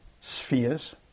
spheres